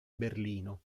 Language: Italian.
berlino